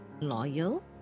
loyal